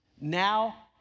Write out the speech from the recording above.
Now